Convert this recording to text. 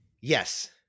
yes